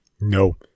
no